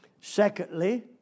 Secondly